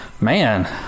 Man